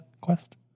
Quest